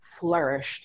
flourished